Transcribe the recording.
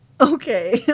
Okay